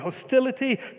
hostility